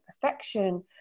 perfection